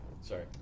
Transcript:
Sorry